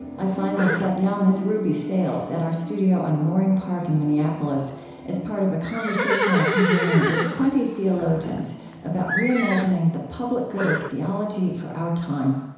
i finally sat down with ruby sales at our studio on loring park in minneapolis as part of a conversational convening with twenty theologians about reimagining the public good of theology for our time